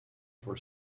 for